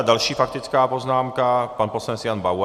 Další faktická poznámka pan poslanec Jan Bauer.